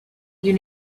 you